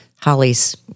Holly's